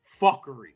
fuckery